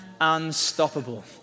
unstoppable